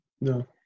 No